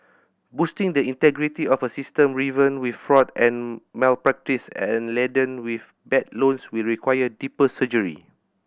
boosting the integrity of a system riven with fraud and malpractice and laden with bad loans will require deeper surgery